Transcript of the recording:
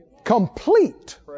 Complete